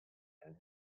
and